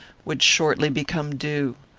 would shortly become due.